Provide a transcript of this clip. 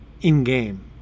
in-game